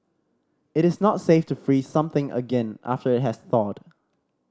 it is not safe to freeze something again after it has thawed